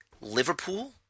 Liverpool